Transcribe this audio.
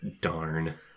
Darn